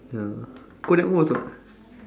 the cold that mole was what